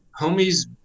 homies